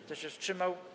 Kto się wstrzymał?